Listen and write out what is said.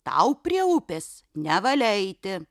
tau prie upės nevalia eiti